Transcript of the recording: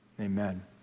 Amen